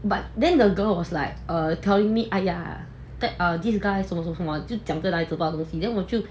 but then the girl was like err telling me !aiya! that are these guys 什么什么什么就讲这男孩子很多东西 then 我就